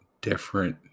different